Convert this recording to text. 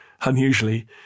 unusually